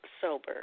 sober